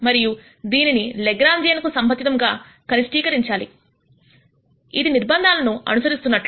మరియు దీనిని లెగ్రాంజియన్ కు సంబంధితంగా కనిష్ఠీకరించాలి ఇది నిర్బంధాల ను అనుసరిస్తున్నట్లు